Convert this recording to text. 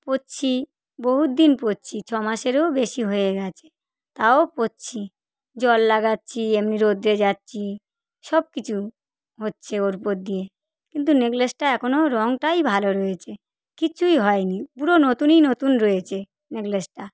পরছি বহুত দিন পরছি ছ মাসেরও বেশি হয়ে গেছে তাও পরছি জল লাগাচ্ছি এমনি রোদ্রে যাচ্ছি সব কিচু হচ্ছে ওর উপর দিয়ে কিন্তু নেকলেসটা এখনও রঙটাই ভালো রয়েছে কিচুই হয়নি পুরো নতুনই নতুন রয়েছে নেকলেসটা